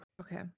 Okay